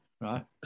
right